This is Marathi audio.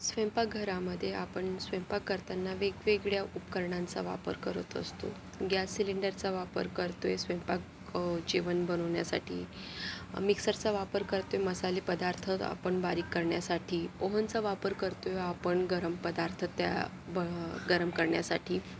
स्वयंपाकघरामध्ये आपण स्वयंपाक करताना वेगवेगळ्या उपकरणांचा वापर करत असतो गॅस सिलेंडरचा वापर करतोय स्वयंपाक जेवण बनवण्यासाठी मिक्सरचा वापर करते मसाले पदार्थ आपण बारीक करण्यासाठी ओहनचा वापर करतोय आपण गरम पदार्थ त्या ब गरम करण्यासाठी